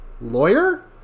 lawyer